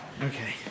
Okay